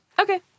Okay